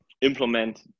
implement